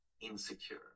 insecure